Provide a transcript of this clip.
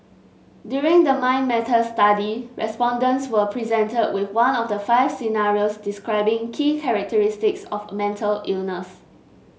during the Mind Matters study respondents were presented with one of the five scenarios describing key characteristics of a mental illness